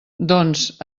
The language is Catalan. doncs